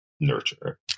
nurture